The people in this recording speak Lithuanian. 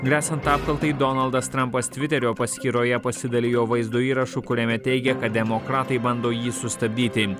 gresiant apkaltai donaldas trampas tviterio paskyroje pasidalijo vaizdo įrašu kuriame teigia kad demokratai bando jį sustabdyti